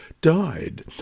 died